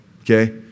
Okay